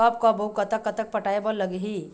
कब कब अऊ कतक कतक पटाए बर लगही